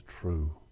true